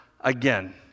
again